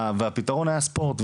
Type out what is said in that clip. והפתרון היה ספורט.